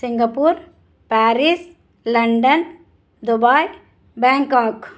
Singapore Paris London Dubai Bangkok